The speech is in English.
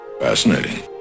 Fascinating